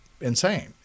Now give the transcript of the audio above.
insane